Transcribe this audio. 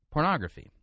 Pornography